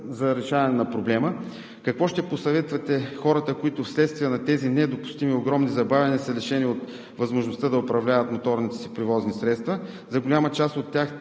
за решаване на проблема? Какво ще посъветвате хората, които вследствие на тези недопустими огромни забавяния са лишени от възможността да управляват моторните си превозни средства? За голяма част от тях,